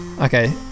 Okay